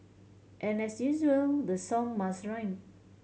and as usual the song must rhyme